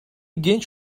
genç